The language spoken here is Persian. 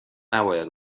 نباید